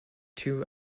two